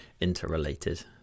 interrelated